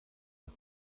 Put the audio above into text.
was